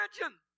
imagine